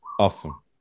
Awesome